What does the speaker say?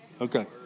Okay